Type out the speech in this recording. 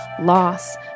loss